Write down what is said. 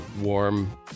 warm